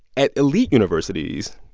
at elite universities,